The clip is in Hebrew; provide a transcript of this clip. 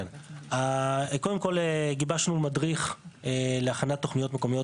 קודם כול גיבשנו מדריך להכנת תוכניות מקומיות